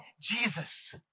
Jesus